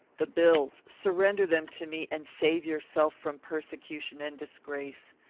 the bills surrender them to me, and save yourself from persecution and disgrace.